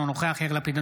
אינו נוכח יאיר לפיד,